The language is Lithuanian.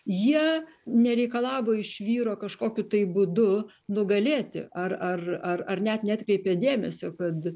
jie nereikalavo iš vyro kažkokiu tai būdu nugalėti ar ar ar ar net neatkreipė dėmesio kad